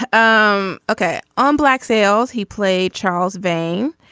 um ok on black sails. he played charles vane.